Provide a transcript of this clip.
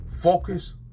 Focus